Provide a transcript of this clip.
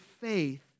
faith